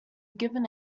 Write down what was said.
given